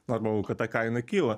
normalu kad ta kaina kyla